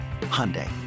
Hyundai